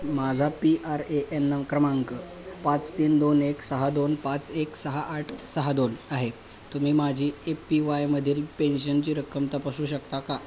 माझा P R A N क्रमांक पाच तीन दोन एक सहा दोन पाच एक सहा आठ सहा दोन आहे तुम्ही माझी ए पी वायमधील पेन्शनची रक्कम तपासू शकता का